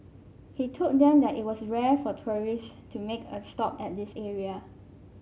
he told them that it was rare for tourists to make a stop at this area